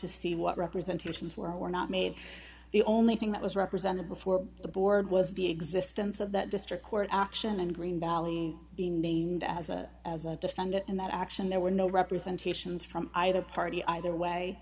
to see what representations were or were not made the only thing that was represented before the board was the existence of that district court action and green valley being named as a as a defendant in that action there were no representation from either party either way